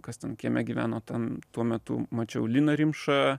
kas ten kieme gyveno tam tuo metu mačiau liną rimšą